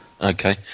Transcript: Okay